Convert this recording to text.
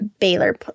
Baylor